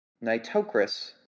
Nitocris